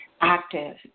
active